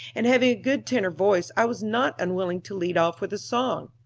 and having a good tenor voice i was not unwilling to lead off with a song.